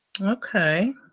Okay